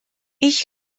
ich